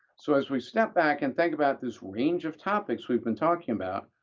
so as we step back and think about this range of topics we've been talking about,